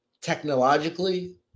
Technologically